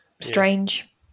strange